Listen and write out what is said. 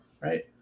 right